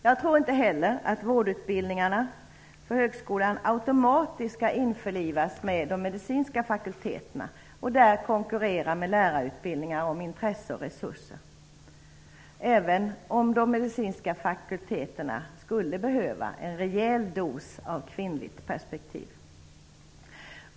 Jag tror inte heller att vårdutbildningarna inom högskolan automatiskt skall införlivas med de medicinska fakulteterna och där konkurrera med läkarutbildningar om intresse och resurser, även om de medicinska fakulteterna skulle behöva en rejäl dos av kvinnligt perspektiv.